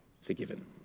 forgiven